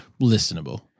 listenable